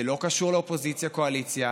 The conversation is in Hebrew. זה לא קשור לאופוזיציה קואליציה,